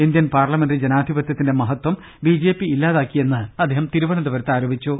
Indian parliamentary ജനാധിപതൃത്തിന്റെ മഹത്വം BJP ഇല്ലാതാക്കിയെന്ന് അദ്ദേഹം തിരുവനന്തപുരത്ത് ആരോപിച്ചു